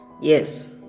Yes